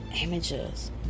images